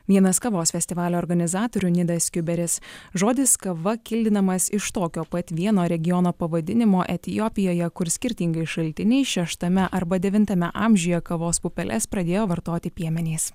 vienas kavos festivalio organizatorių nidas kiuberis žodis kava kildinamas iš tokio pat vieno regiono pavadinimo etiopijoje kur skirtingais šaltiniais šeštame arba devintame amžiuje kavos pupeles pradėjo vartoti piemenys